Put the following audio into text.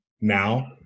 now